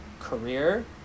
career